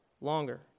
longer